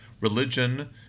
religion